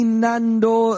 nando